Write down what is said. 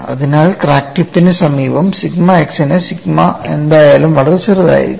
അതിനാൽ ക്രാക്ക് ടിപ്പിന് സമീപം സിഗ്മ x നു സിഗ്മ എന്തായാലും വളരെ ചെറുതായിരിക്കും